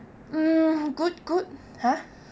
mm good good !huh!